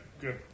good